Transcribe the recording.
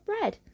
bread